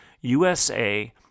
USA